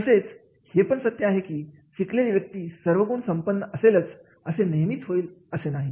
तसेच हे पण सत्य आहे की शिकलेले व्यक्ती सर्व गुण संपन्न असतीलच असे नेहमी होत नाही